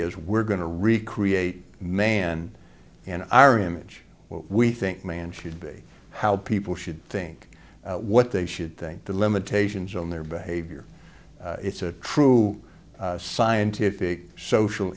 is we're going to recreate man in our image we think man should be how people should think what they should think the limitations on their behavior it's a true scientific social